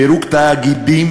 פירוק תאגידים